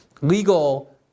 legal